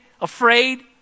afraid